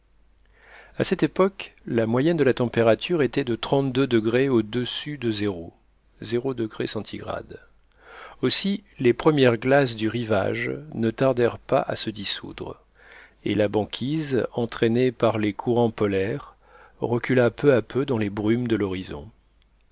à cette époque la moyenne de la température était de trente-deux degrés au-dessus de zéro aussi les premières glaces du rivage ne tardèrent pas à se dissoudre et la banquise entraînée par les courants polaires recula peu à peu dans les brumes de l'horizon